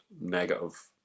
negative